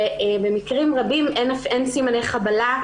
במקרים רבים אין סימני חבלה,